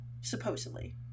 supposedly